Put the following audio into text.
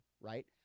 right